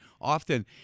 often